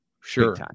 Sure